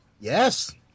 Yes